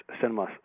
cinema